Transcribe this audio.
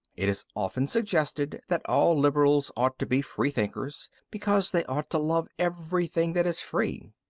it is often suggested that all liberals ought to be freethinkers, because they ought to love everything that is free.